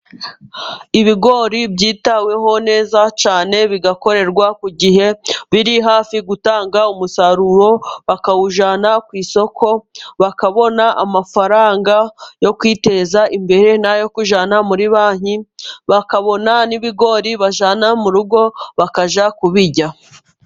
Ibigori byitaweho neza cyane bigakorerwa neza ku gihe, biri hafi gutanga umusaruro bakawujyana ku isoko, bakabona amafaranga yo kwiteza imbere, n'ayo kujyana muri banki, bakabona n'ibigori bajyana mu rugo bakajya kubirya.